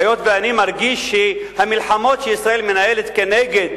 היות שאני מרגיש שהמלחמות שישראל מנהלת נגד